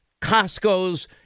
Costco's